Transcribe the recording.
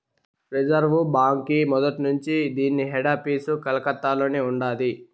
reserve బాంకీ మొదట్నుంచీ దీన్ని హెడాపీసు కలకత్తలోనే ఉండాది